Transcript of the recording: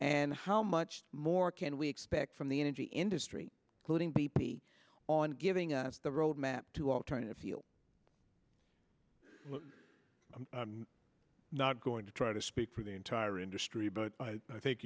and how much more can we expect from the energy industry quoting b p on giving us the roadmap to alternative fuel i'm not going to try to speak for the entire industry but i think